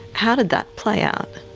how did that play out?